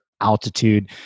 altitude